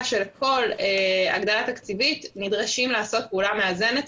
שלכל הגדלה תקציבית נדרשים לעשות פעולה מאזנת,